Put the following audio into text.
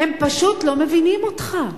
הם פשוט לא מבינים אותך.